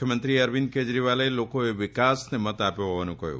મુખ્યમંત્રી અરવીંદ કેજરીવાલે લોકોએ વિકાસને મત આપ્યો હોવાનું કહ્યું